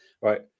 right